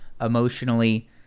emotionally